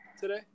today